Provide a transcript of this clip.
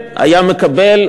היה מקבל,